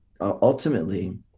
ultimately